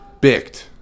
bicked